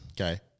Okay